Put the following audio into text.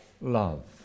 love